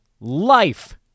life